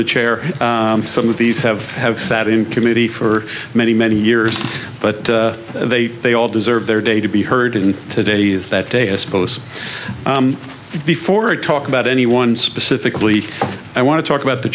the chair some of these have have sat in committee for many many years but they they all deserve their day to be heard in today's that day is supposed to be for a talk about anyone specifically i want to talk about the